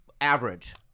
average